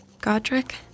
Godric